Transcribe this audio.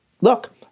Look